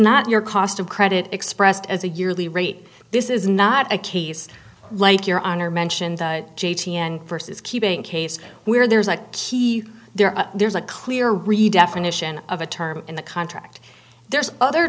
not your cost of credit expressed as a yearly rate this is not a case like your honor mentioned j t n versus keeping case where there's a key there there's a clear redefinition of a term in the contract there's other